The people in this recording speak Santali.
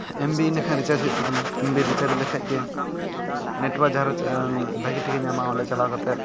ᱮᱢ ᱵᱤ ᱮᱱᱟᱹᱠᱷᱟᱱ ᱨᱤᱪᱟᱡᱽ ᱦᱩᱭᱩᱜᱼᱟ ᱮᱢ ᱵᱤ ᱨᱤᱪᱟᱡᱽ ᱞᱮᱠᱷᱟᱱ ᱜᱮ ᱱᱮᱴᱳᱣᱟᱨᱠ ᱡᱟᱦᱟᱸᱨᱮ ᱵᱷᱟᱹᱜᱤᱴᱷᱤᱠᱮ ᱧᱟᱢᱟ ᱚᱸᱰᱮ ᱪᱟᱞᱟᱣ ᱠᱟᱛᱮᱫ